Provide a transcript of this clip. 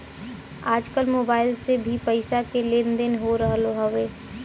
आजकल मोबाइल से भी पईसा के लेन देन हो रहल हवे